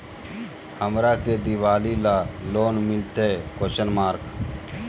हमरा के दिवाली ला लोन मिलते?